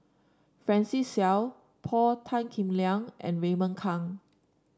Francis Seow Paul Tan Kim Liang and Raymond Kang